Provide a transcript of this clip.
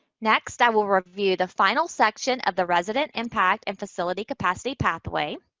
next, i will review the final section of the resident impact and facility capacity pathway.